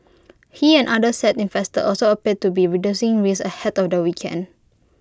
he and others said investors also appeared to be reducing risk ahead of the weekend